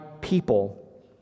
people